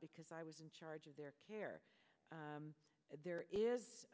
because i was in charge of their care there is